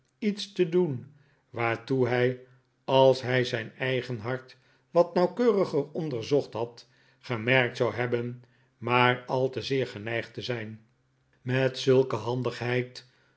iets te doen waartoe hij als hij zijn eigen hart wat nauwkeuriger onderzocht had gemerkt zou hebben maar al te zeer geneigd te zijn met zulke handigheid